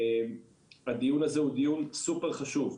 הדיון הזה הוא דיון סופר חשוב.